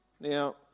Now